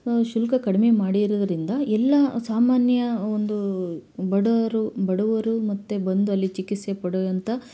ಶುಲ್ಕ ಕಡಿಮೆ ಮಾಡಿರೋದ್ರಿಂದ ಎಲ್ಲ ಸಾಮಾನ್ಯ ಒಂದು ಬಡವರು ಬಡವರು ಮತ್ತೆ ಬಂದು ಮತ್ತು ಅಲ್ಲಿ ಚಿಕಿತ್ಸೆ ಪಡೆಯುವಂಥ